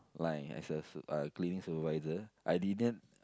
line as a cleaning supervisor I didn't